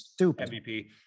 MVP